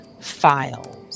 files